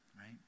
right